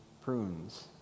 prunes